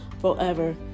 forever